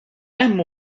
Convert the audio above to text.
hemm